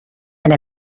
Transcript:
and